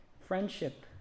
Friendship